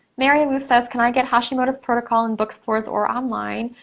mary lou says, can i get hashimoto's protocol in bookstores or online?